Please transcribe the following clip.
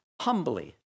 humbly